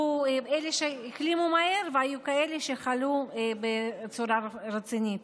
היו כאלה שהחלימו מהר והיו כאלה שחלו בצורה רצינית.